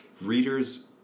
readers